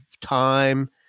time